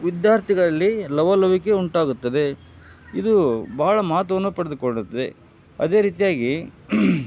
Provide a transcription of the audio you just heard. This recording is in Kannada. ವಿದ್ಯಾರ್ಥಗಳಲ್ಲಿ ಲವಲವಿಕೆ ಉಂಟಾಗುತ್ತದೆ ಇದು ಬಹಳ ಮಹತ್ವವನ್ನು ಪಡೆದುಕೊಳ್ಳುತ್ತೆ ಅದೇ ರೀತಿಯಾಗಿ